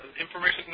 information